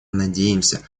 надеемся